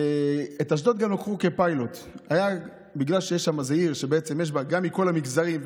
ואת אשדוד גם לקחו כפיילוט בגלל שזאת עיר שבעצם יש בה מכל המגזרים,